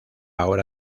ahora